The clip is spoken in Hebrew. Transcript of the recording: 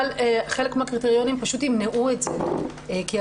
אבל חלק מהקריטריונים פשוט ימנעו את זה כי,